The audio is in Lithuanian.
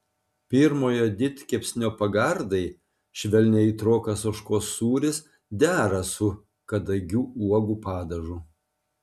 pirmojo didkepsnio pagardai švelniai aitrokas ožkos sūris dera su kadagių uogų padažu